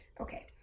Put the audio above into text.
Okay